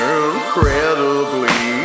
incredibly